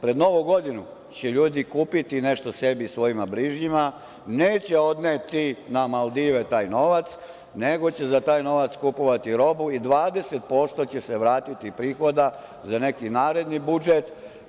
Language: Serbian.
Pred Novu godinu će ljudi kupiti nešto sebi i svojim bližnjima, neće odneti na Maldive taj novac, nego će za taj novac kupovati robu i 20% će se vratiti prihoda za neki naredni budžet.